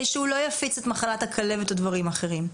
שהוא לא יפיץ את מחלת הכלבת או דברים אחרים,